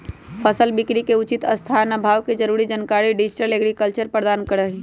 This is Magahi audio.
फसल बिकरी के उचित स्थान आ भाव के जरूरी जानकारी डिजिटल एग्रीकल्चर प्रदान करहइ